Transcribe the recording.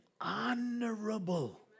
honorable